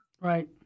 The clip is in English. Right